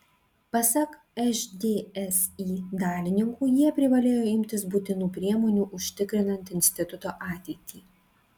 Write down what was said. pasak žtsi dalininkų jie privalėjo imtis būtinų priemonių užtikrinant instituto ateitį